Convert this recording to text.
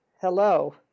hello